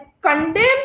condemn